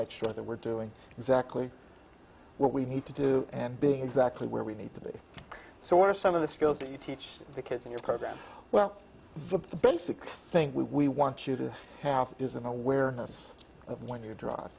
make sure that we're doing exactly what we need to do and being exactly where we need to be so what are some of the skills that you teach the kids in your program well the basics think we want you to have is an awareness of when you dr